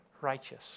righteous